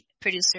producer